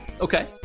Okay